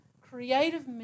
creative